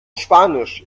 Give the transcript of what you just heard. spanisch